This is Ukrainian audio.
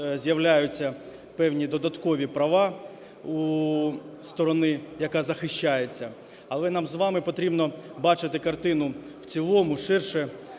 з'являються певні додаткові права у сторони, яка захищається. Але нам з вами потрібно бачити картину в цілому, ширше